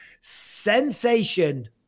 sensation